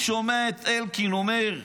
אני שומע את אלקין אומר: